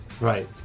Right